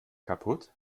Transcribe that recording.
kaputt